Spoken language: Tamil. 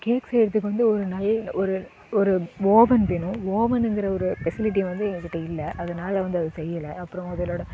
கேக் செய்கிறதுக்கு வந்து ஒரு நல்ல ஒரு ஒரு ஓவன் வேணும் ஓவனுங்கிற ஒரு ஃபெசிலிட்டி வந்து என் கிட்ட இல்லை அதனால் வந்து அதை செய்யலை அப்புறம் அதனோடய